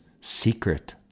secret